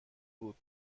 بود